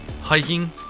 hiking